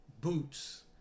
boots